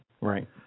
Right